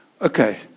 Okay